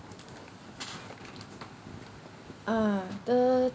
ah the